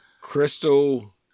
crystal